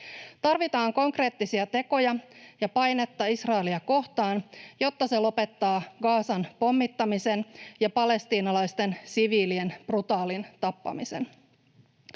Tarvitaan konkreettisia tekoja ja painetta Israelia kohtaan, jotta se lopettaa Gazan pommittamisen ja palestiinalaisten siviilien brutaalin tappamisen.